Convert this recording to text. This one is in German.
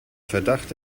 verdacht